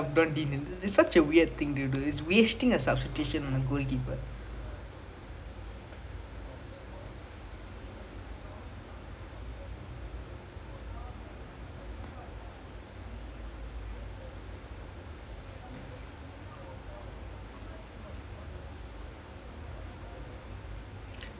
ya that's why I mean நான் நினைக்கிறேன்:naan ninaikkuraen Manchester United வந்து:vanthu like I mean you know when you come back or like even is score the how to say the the mentality and the everything will change lah you know you score more than you know the comeback then some like barcelona they did the comeback thing okay the bounce back come back thing was insane lah